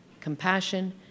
Compassion